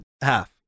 Half